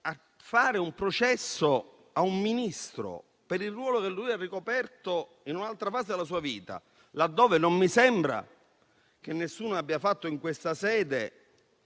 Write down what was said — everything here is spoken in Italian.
a fare un processo a un Ministro per il ruolo da lui ricoperto in un'altra fase della sua vita, laddove non mi sembra che nessuno in questa sede